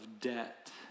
debt